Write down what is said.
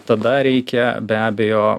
tada reikia be abejo